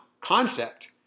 concept